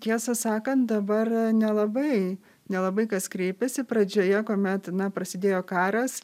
tiesą sakant dabar nelabai nelabai kas kreipiasi pradžioje kuomet na prasidėjo karas